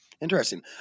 interesting